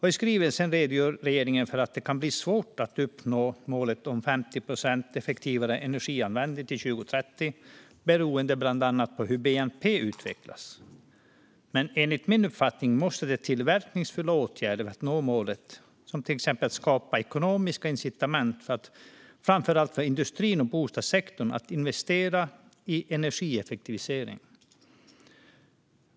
I skrivelsen redogör regeringen för att det kan bli svårt att uppnå målet om 50 procent effektivare energianvändning till 2030 beroende bland annat på hur bnp utvecklas. Men enligt min uppfattning måste det till verkningsfulla åtgärder för att nå målet, till exempel att skapa ekonomiska incitament för framför allt industrin och bostadssektorn att investera i energieffektivisering.